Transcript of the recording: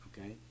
okay